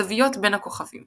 הזוויות בין הכוכבים